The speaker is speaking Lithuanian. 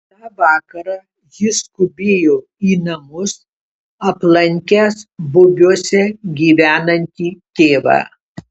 tą vakarą jis skubėjo į namus aplankęs bubiuose gyvenantį tėvą